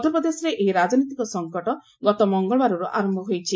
ମଧ୍ୟପ୍ରଦେଶରେ ଏହି ରାଜନୈତିକ ସଂକଟ ଗତ ମଙ୍ଗଳବାରରୁ ଆରମ୍ଭ ହୋଇଛି